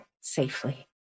safely